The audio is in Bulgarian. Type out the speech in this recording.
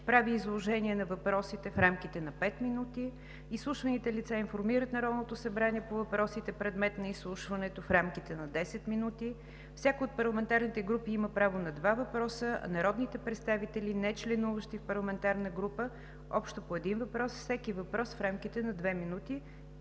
прави изложение на въпросите в рамките на пет минути. Изслушваните лица информират Народното събрание по въпросите, предмет на изслушването, в рамките на 10 минути. Всяка от парламентарните групи има право на два въпроса, а народните представители, нечленуващи в парламентарна група – общо по един въпрос, всеки въпрос в рамките на две минути,